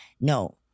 No